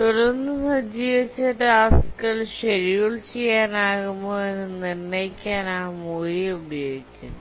തുടർന്ന് സജ്ജീകരിച്ച ടാസ്ക്കുകൾ ഷെഡ്യൂൾ ചെയ്യാനാകുമോ എന്ന് നിർണ്ണയിക്കാൻ ആ മൂല്യം ഉപയോഗിക്കുന്നു